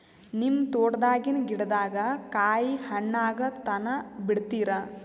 ನಿಮ್ಮ ತೋಟದಾಗಿನ್ ಗಿಡದಾಗ ಕಾಯಿ ಹಣ್ಣಾಗ ತನಾ ಬಿಡತೀರ?